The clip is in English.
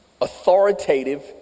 Authoritative